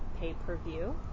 pay-per-view